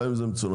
גם אם זה מצונן,